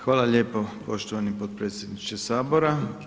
Hvala lijepo poštovani potpredsjedniče Sabora.